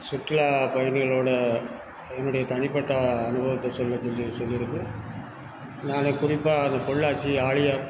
சுற்றுலா பயணிகளோட என்னுடைய தனிப்பட்ட அனுபவத்தை சொல்லச் சொல்லி சொல்லியிருக்கு நான் குறிப்பாக அந்த பொள்ளாச்சி ஆழியார்